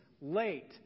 late